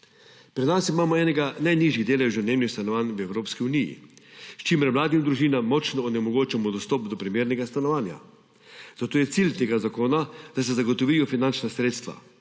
Pri nas imamo enega najnižjih deležev najemnih stanovanj v Evropski uniji, s čimer mladim družinam močno onemogočamo dostop do primernega stanovanja. Zato je cilj tega zakona, da se zagotovijo finančna sredstva,